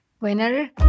winner